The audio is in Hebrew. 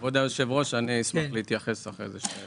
כבוד היושב ראש, אני אשמח להתייחס אחר כך.